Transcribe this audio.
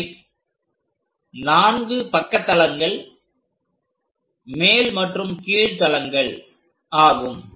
அவை 4 பக்க தளங்கள் மேல் மற்றும் கீழ் தளங்கள் ஆகும்